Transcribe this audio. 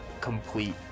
complete